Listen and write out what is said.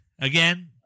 Again